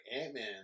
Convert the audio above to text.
Ant-Man